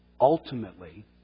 ultimately